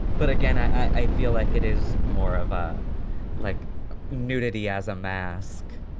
but again, i feel like it is more of ah like nudity as a mask.